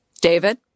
david